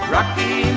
Rocky